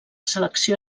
selecció